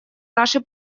наши